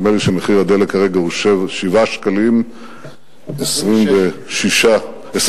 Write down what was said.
נדמה לי שמחיר הדלק כרגע הוא 7 שקלים ו-26 אגורות.